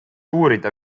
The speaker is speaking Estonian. uurida